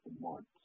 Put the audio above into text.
months